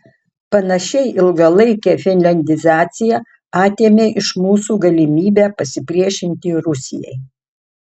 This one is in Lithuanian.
panašiai ilgalaikė finliandizacija atėmė iš mūsų galimybę pasipriešinti rusijai